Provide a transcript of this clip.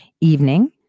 evening